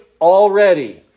already